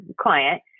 client